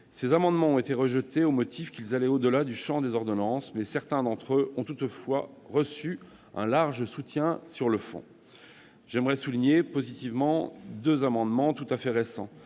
Ces amendements ont été rejetés, au motif qu'ils allaient au-delà du champ des ordonnances, mais certains d'entre eux ont toutefois reçu un large soutien sur le fond. J'aimerais aussi évoquer de manière positive deux amendements très récents.